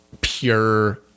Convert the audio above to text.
pure